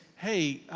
hey,